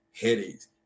headaches